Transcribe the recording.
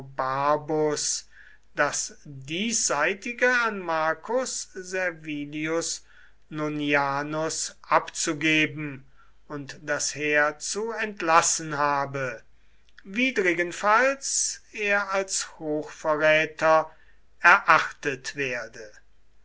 das diesseitige an marcus servilius nonianus abzugeben und das heer zu entlassen habe widrigenfalls er als hochverräter erachtet werde